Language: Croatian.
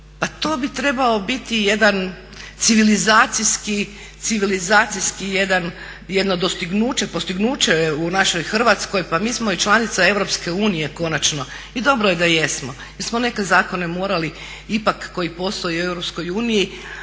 Pa to bi trebao biti jedan civilizacijski, jedno dostignuće, postignuće u našoj Hrvatskoj, pa mi smo i članica EU konačno i dobro je da jesmo jer smo neke zakone morali ipak koji postoje i u EU uskladiti